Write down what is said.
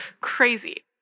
crazy